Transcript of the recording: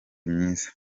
myiza